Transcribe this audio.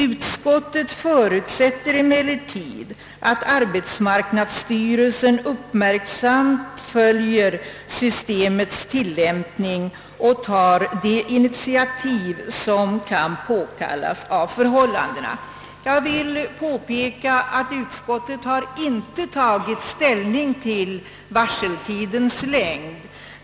Utskottet förutsätter emellertid att arbetsmarknadsstyrelsen — uppmärksamt följer systemets tillämpning och tar de initiativ som kan påkallas av förhållandena.” Jag vill påpeka att utskottet inte har tagit ställning i fråga om varseltidens längd.